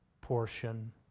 portion